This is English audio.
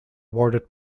awarded